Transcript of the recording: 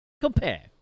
Compare